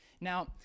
Now